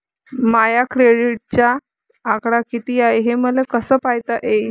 माया क्रेडिटचा आकडा कितीक हाय हे मले कस पायता येईन?